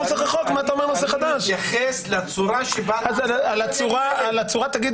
אני מתייחס לצורה שבה --- על הצורה תגיד